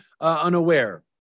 unaware